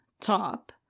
top